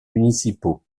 municipaux